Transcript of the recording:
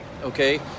Okay